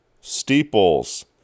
Steeples